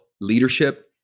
leadership